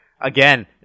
again